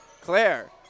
Claire